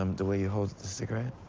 um, the way you hold the cigarette.